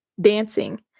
dancing